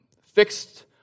fixed